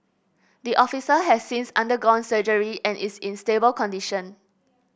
the officer has since undergone surgery and is in stable condition